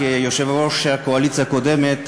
כיושב-ראש הקואליציה הקודמת,